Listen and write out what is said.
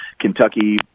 Kentucky